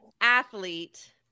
athlete